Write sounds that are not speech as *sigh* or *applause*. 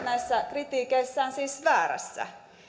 *unintelligible* näissä kritiikeissään väärässä